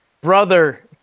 Brother